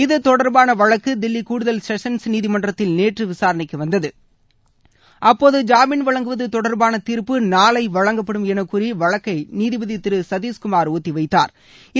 இது தொடர்பான வழக்கு தில்லி கூடுதல் செஷன்ஸ் நீதிமன்றத்தில் நேற்று விசாரணைக்கு வந்தது அப்போது ஜாமின் வழங்குவது தொடர்பான தீர்ப்பு நாளை வழங்கப்படும் என கூறி வழக்கை நீதிபதி திரு சதிஷ்குமாா் ஒத்திவைத்தாா்